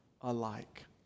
alike